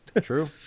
true